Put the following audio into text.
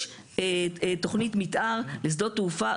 יש תוכנית מתאר לשדות תעופה.